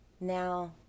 now